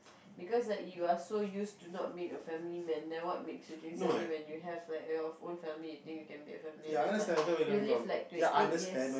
because like you are so used to not being a family man then what makes you think suddenly when you have like your own family you think you can be a family man but you live like twenty eight years